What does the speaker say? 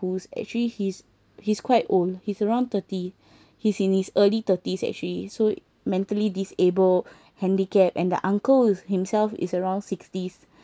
who's actually he's he's quite old he's around thirty he's in his early thirties actually so mentally disabled handicapped and the uncle himself is around sixties